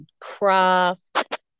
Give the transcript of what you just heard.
craft